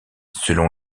selon